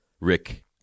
Rick